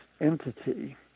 entity